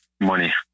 Money